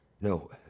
No